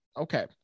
Okay